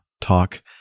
Talk